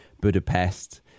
Budapest